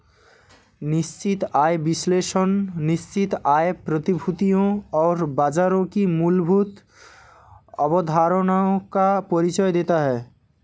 निश्चित आय विश्लेषण निश्चित आय प्रतिभूतियों और बाजारों की मूलभूत अवधारणाओं का परिचय देता है